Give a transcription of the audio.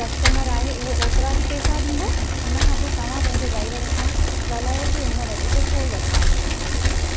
customer आहे उहो ओतिरा ई पेसा ॾिंदो हुनखां पो तव्हां पंहिंजे ड्राइवर सां ॻाल्हायो की हुन वधीक छो वठिता आहिनि असांखा पेसा